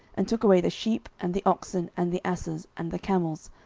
and took away the sheep, and the oxen, and the asses, and the camels,